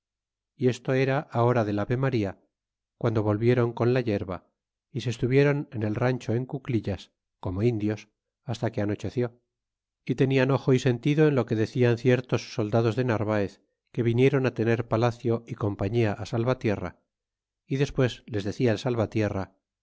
y esto era hora del ave maría guando volvieron con la yerba y se estuvieron en el rancho en cuclillas como indios hasta que anocheció y tenian ojo y sentido en lo que decian ciertos soldados de narvaez que viniéron á tener palacio é compañia al salvatierra y despues les decia el salvatierra